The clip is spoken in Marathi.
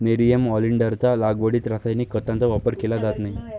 नेरियम ऑलिंडरच्या लागवडीत रासायनिक खतांचा वापर केला जात नाही